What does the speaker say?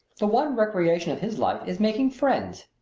the one recreation of his life is making friends.